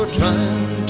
trying